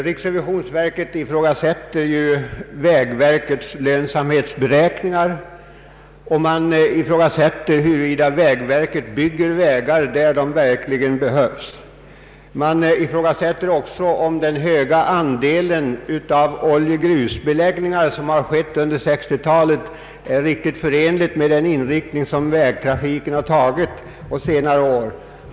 Riksrevisionsverket ifrågasätter vägverkets lönsamhetsberäkningar och undrar huruvida vägverket bygger vägar där de verkligen behövs. Man ifrågasätter också om det stora antal oljegrusbeläggningar som har skett under 1960 talet är riktigt förenligt med den inriktning som vägtrafiken har fått på senare år.